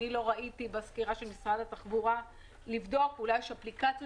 לא ראיתי בסקירה של משרד התחבורה שבדקו אולי יש אפליקציות